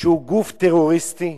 שהוא גוף טרוריסטי,